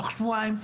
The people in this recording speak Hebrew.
תוך שבועיים,